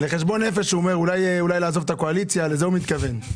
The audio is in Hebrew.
לחשבון נפש, לעזוב את הקואליציה, לזה הוא מתכון.